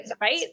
Right